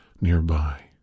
nearby